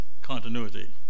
continuity